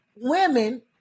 women